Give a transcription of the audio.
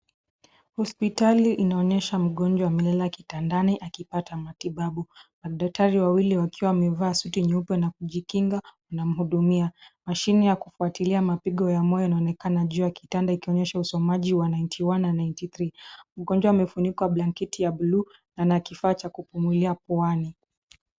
Hospitali inaonyesha mgonjwa amelala kitandani akipata matibabu. Madaktari wawili, wakiwa wamevaa suti nyeupe na kujikinga, wanamhudumia. Mashine ya kufuatilia mapigo ya moyo inaonekana juu ya kitanda, ikionyesha usomaji wa 91 na 93 . Mgonjwa amefunikwa blanketi ya bluu na ana kifaa cha kupumulia puani.